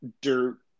dirt